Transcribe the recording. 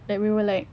like we were like